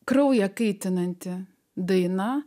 kraują kaitinanti daina